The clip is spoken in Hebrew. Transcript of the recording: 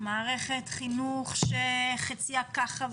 מערכת חינוך שחלקה ככה,